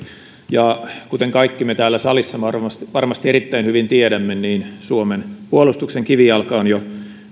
kuten kaikki me täällä salissa varmasti varmasti erittäin hyvin tiedämme niin suomen puolustuksen kivijalka on jo